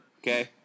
okay